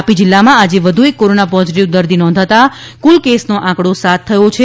તાપી જિલ્લામાં આજે વધુ એક કોરોના પોઝીટીવ દર્દી નોંધાતા કુલ કેસનો આંકડો સાત થયો છે